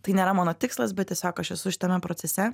tai nėra mano tikslas bet tiesiog aš esu šitame procese